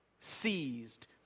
seized